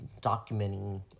documenting